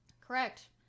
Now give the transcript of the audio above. Correct